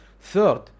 Third